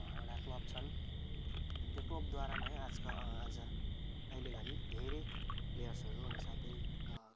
एउटा क्लब छन् अनि त्यो क्लबद्वारामै आजकल आज अहिलेघरि धेरै प्लेयर्सहरू अनि साथै